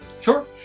Sure